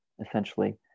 essentially